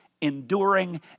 enduring